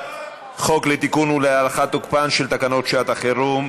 חוק לתיקון ולהארכת תוקפן של תקנות שעת חירום.